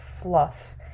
fluff